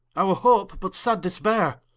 our hope but sad dispaire,